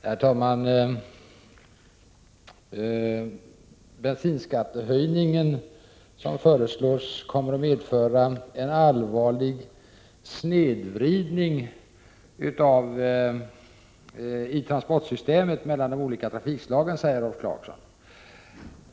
Herr talman! Den föreslagna bensinskattehöjningen kommer att medföra en allvarlig snedvridning i transportsystemet mellan de olika trafikslagen, sade Rolf Clarkson.